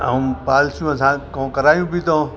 ऐं पालिसियूं असां खां करायूं बि अथऊं